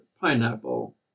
pineapple